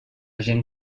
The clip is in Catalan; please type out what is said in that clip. gent